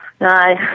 No